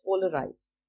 polarized